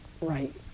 right